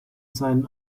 seinen